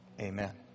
Amen